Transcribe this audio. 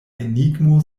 enigmo